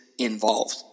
involved